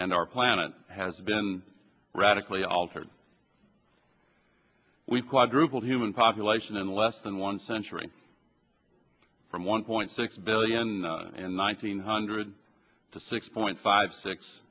and our planet has been radically altered we've quadrupled human population in less than one century from one point six billion and one thousand nine hundred to six point five six